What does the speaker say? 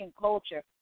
culture